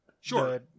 Sure